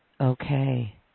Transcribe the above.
Okay